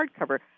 hardcover